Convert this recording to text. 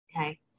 Okay